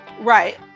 Right